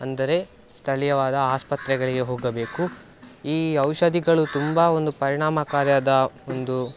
ಅಂದರೆ ಸ್ಥಳೀಯವಾದ ಆಸ್ಪತ್ರೆಗಳಿಗೆ ಹೋಗಬೇಕು ಈ ಔಷಧಿಗಳು ತುಂಬ ಒಂದು ಪರಿಣಾಮಕಾರಿಯಾದ ಒಂದು